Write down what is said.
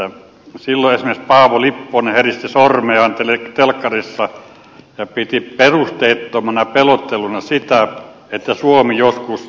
silloin esimerkiksi paavo lipponen heristi sormeaan telkkarissa ja piti perusteettomana pelotteluna sitä että suomi joskus luopuisi markasta